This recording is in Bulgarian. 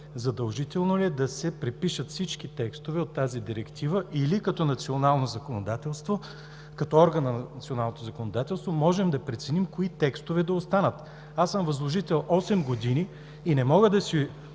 „Задължително ли е да се препишат всички текстове от тази директива и като орган на националното законодателство можем да преценим кои текстове да останат?”. Аз съм възложител осем години и не мога да си